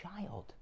child